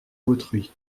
autrui